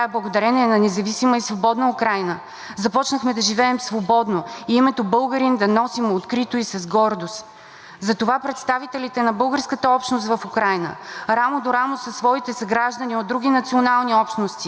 Затова представителите на българската общност в Украйна рамо до рамо със свои съграждани от други национални общности защитават родната си земя от нашествениците, защото украинската земя е нашата родина и роден дом за всеки от нас.